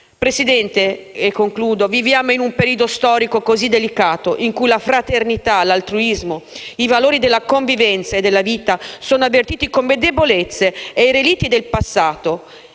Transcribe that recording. Presidente, viviamo in un periodo storico così delicato, in cui la fraternità, l'altruismo, i valori della convivenza e della vita sono avvertiti come debolezze e relitti del passato